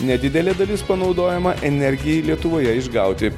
nedidelė dalis panaudojama energijai lietuvoje išgauti